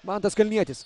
mantas kalnietis